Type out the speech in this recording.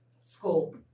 school